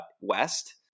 west